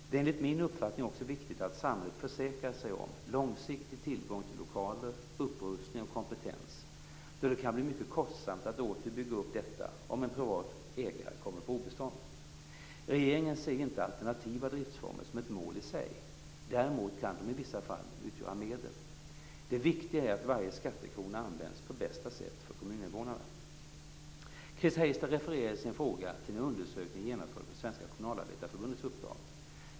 Det är enligt min uppfattning också viktigt att samhället försäkrar sig om långsiktig tillgång till lokaler, utrustning och kompetens, då det kan bli mycket kostsamt att åter bygga upp detta om en privat ägare kommer på obestånd. Regeringen ser inte alternativa driftsformer som ett mål i sig, däremot kan de i vissa fall utgöra medel. Det viktiga är att varje skattekrona används på bästa sätt för kommuninvånarna. Chris Heister refererar i sin fråga till en undersökning genomförd på Svenska Kommunalarbetareförbundets uppdrag.